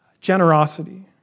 generosity